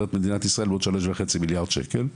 את מדינת ישראל בעוד שלוש וחצי מיליארד שקל,